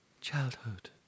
childhood